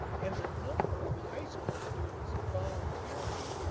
and the number of high school students volunteering,